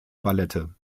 ballette